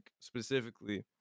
specifically